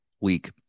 week